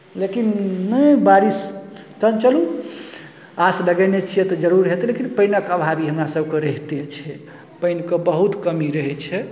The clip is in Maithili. लेकिन नहि बारिश तखन चलू आश लगेने छियै तऽ जरूर हेतै लेकिन पानिक अभावी हमरासभकेँ रहिते छै पानिके बहुत कमी रहै छै